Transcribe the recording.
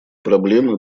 проблемы